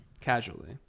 Casually